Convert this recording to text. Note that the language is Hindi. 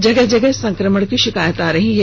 जगह जगह संक्रमण की शिकायत आ रही है